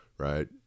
Right